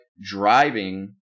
driving